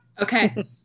Okay